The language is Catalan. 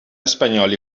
espanyol